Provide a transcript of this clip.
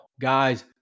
guys